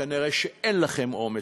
וכנראה אין לכם אומץ,